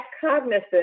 cognizant